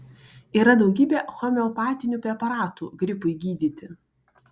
yra daugybė homeopatinių preparatų gripui gydyti